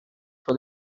for